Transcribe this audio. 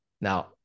now